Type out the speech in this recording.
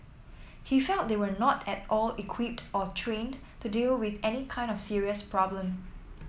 he felt they were not at all equipped or trained to deal with any kind of serious problem